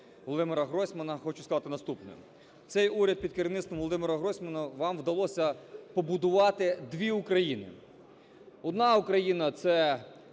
Володимира Гройсмана, хочу сказати наступне. Цей уряд під керівництвом Володимира Гройсмана, вам вдалося побудувати дві України. Одна Україна – це